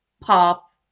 pop